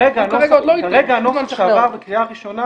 הוא כרגע עוד לא --- כרגע הנוסח שעבר בקריאה ראשונה